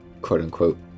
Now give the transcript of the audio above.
quote-unquote